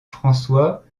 françois